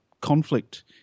conflict